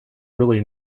really